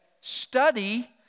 study